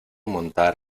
montar